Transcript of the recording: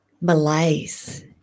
malaise